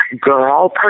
Girl